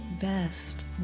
best